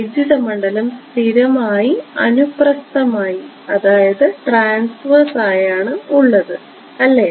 വൈദ്യുത മണ്ഡലം സ്ഥിരമായി അനുപ്രസ്ഥമായാണ് ഉള്ളത് അല്ലേ